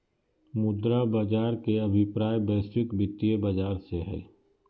मुद्रा बाज़ार के अभिप्राय वैश्विक वित्तीय बाज़ार से हइ